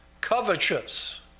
covetous